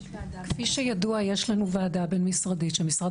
כפי שידוע יש לנו ועדה בין משרדית שמשרד